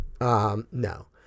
No